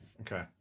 Okay